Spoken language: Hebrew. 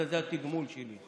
זה התגמול שלי.